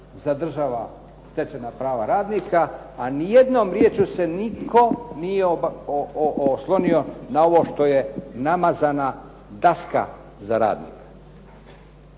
zadržava stečena prava radnika, a ni jednom riječju se nitko nije oslonio na ovo što je namazana daska za radnika.